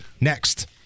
next